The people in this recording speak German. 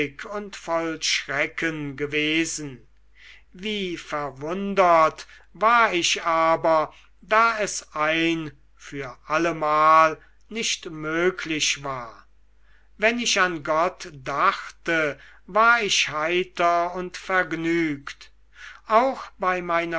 und voll schrecken gewesen wie verwundert war ich aber da es ein für allemal nicht möglich war wenn ich an gott dachte war ich heiter und vergnügt auch bei meiner